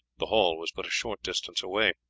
the hall was but a short distance away.